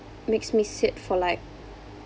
makes me sit for like